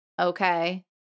Okay